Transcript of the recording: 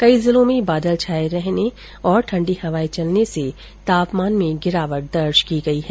कई जिलों में बादल छाये रहने और ठण्डी हवाए चलने से तापमान में गिरावट दर्ज की गई है